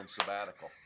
sabbatical